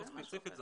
פה ספציפית זה